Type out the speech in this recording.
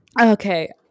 okay